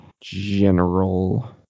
general